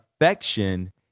affection